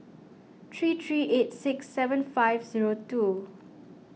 three three eight six seven five zero two